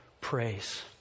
praise